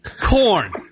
Corn